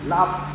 Love